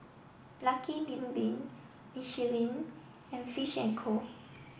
Lucky Bin Bin Michelin and Fish and Co